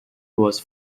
was